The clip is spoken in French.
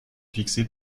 fixer